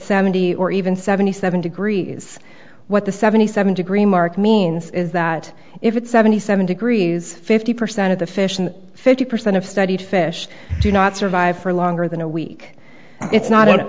seventy or even seventy seven degrees what the seventy seven degree mark means is that if it's seventy seven degrees fifty percent of the fish and fifty percent of studied fish do not survive for longer than a week it's not it